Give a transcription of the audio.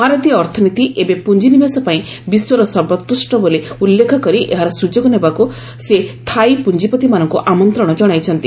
ଭାରତୀୟ ଅର୍ଥନୀତି ଏବେ ପୁଞ୍ଜିନିବେଶ ପାଇଁ ବିଶ୍ୱର ସର୍ବୋକୃଷ୍ଟ ବୋଲି ଉଲ୍ଲେଖ କରି ଏହାର ସୁଯୋଗ ନେବାକୁ ସେ ଥାଇ ପୁଞ୍ଜିପତିମାନଙ୍କୁ ଆମନ୍ତ୍ରଣ ଜଣାଇଛନ୍ତି